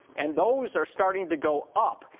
and those are starting to go up.